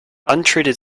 untreated